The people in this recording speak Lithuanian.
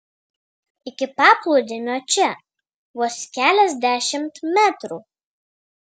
iki paplūdimio čia vos keliasdešimt metrų